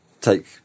take